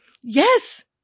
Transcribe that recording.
Yes